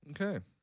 okay